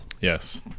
Yes